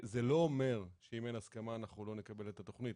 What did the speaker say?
זה לא אומר שאם אין הסכמה אנחנו לא נקבל את התכנית.